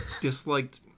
disliked